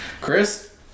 Chris